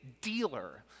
dealer